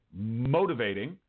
motivating